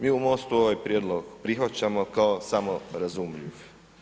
Mi u MOST-u ovaj prijedlog prihvaćamo kao samorazumljiv.